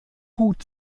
hut